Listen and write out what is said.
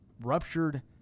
Ruptured